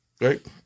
Right